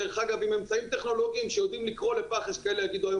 דרך אגב עם אמצעים טכנולוגיים שיודעים לקרוא לפח יש כאלה שיגידו היום,